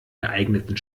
geeigneten